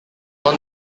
non